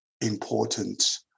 important